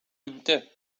inte